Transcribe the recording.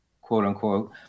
quote-unquote